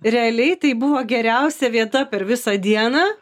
realiai tai buvo geriausia vieta per visą dieną